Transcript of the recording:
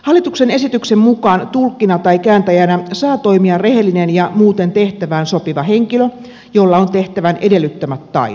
hallituksen esityksen mukaan tulkkina tai kääntäjänä saa toimia rehellinen ja muuten tehtävään sopiva henkilö jolla on tehtävän edellyttämät taidot